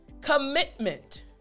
commitment